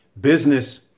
business